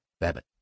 Babbitt